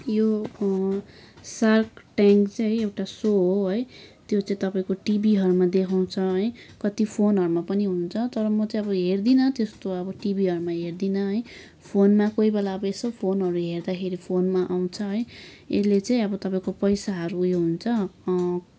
यो shark tank चाहिँ एउटा शो हो है त्यो चाहिँ तपाईँको टिभीहरूमा देखाउँछ है कति फोनहरूमा पनि हुन्छ तर म चाहिँ अब हेर्दिनँ त्यस्तो अब टिभीहरूमा हेर्दिन है फोनमा कोही बेला अब यसो फोनहरू हेर्दाखेरि फोनमा आउँछ है यसले चाहिँ अब तपाईँको पैसाहरू उयो हुन्छ